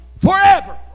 forever